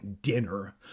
Dinner